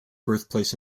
birthplace